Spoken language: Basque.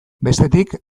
bestetik